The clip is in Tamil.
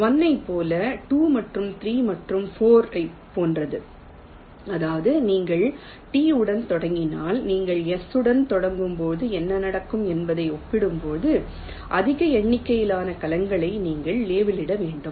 1 ஐப் போல 2 மற்றும் 3 மற்றும் 4 ஐப் போன்றது அதாவது நீங்கள் T உடன் தொடங்கினால் நீங்கள் S உடன் தொடங்கும் போது என்ன நடக்கும் என்பதை ஒப்பிடும்போது அதிக எண்ணிக்கையிலான கலங்களை நீங்கள் லேபிளிட வேண்டும்